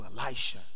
Elisha